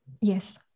Yes